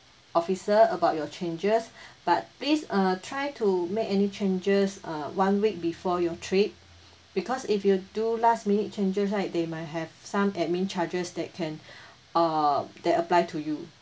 officer about your changes but please uh try to make any changes uh one week before your trip because if you do last minute changes right they might have some admin charges that can uh that apply to you